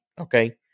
okay